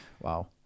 wow